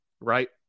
Right